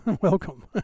welcome